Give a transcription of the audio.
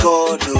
God